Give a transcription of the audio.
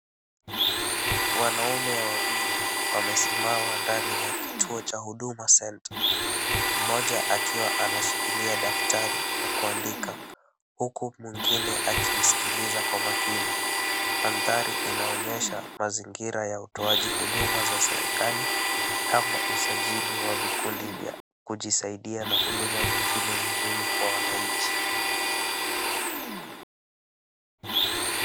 Wanaume wawili ,wamesimama ndani ya kituo cha Huduma Center, mmoja akiwa ameshikilia daftari la kuandika huku mwingine akimsikiliza kwa makini. Mandari inaonyesha mazingira ya utoaji huduma za serikali kama usajili wa vikundi vya kujisaidia na huduma zingine muhimu kwa wananchi.